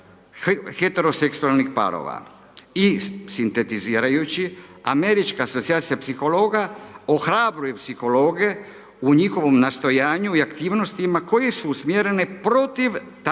heteroseksualnih parova i sintetizirajući Američka asocijacija psihologa ohrabruje psihologe u njihovom nastojanju i aktivnostima koje su usmjerene protiv takve